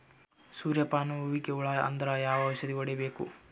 ಸೂರ್ಯ ಪಾನ ಹೂವಿಗೆ ಹುಳ ಆದ್ರ ಯಾವ ಔಷದ ಹೊಡಿಬೇಕು?